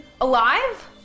alive